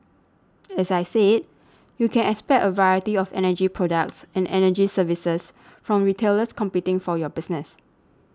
as I said you can expect a variety of energy products and energy services from retailers competing for your business